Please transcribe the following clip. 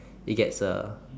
it gets uh